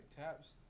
taps